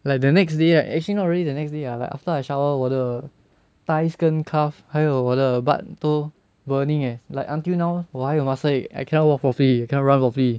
like the next day right actually not really the next day ah like after I shower 我的 thighs 跟 calves 还有我的 butt 都 burning eh like until now 我还有 muscle ache I cannot walk properly I cannot run properly